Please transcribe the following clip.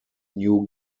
new